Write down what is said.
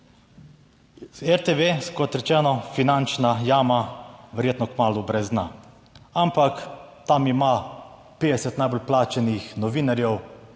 RTV, kot rečeno finančna jama, verjetno kmalu brez dna, ampak tam ima 50 najbolj plačanih novinarjev,